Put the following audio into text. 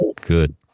Good